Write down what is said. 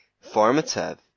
formative